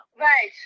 right